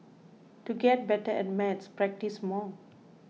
to get better at maths practise more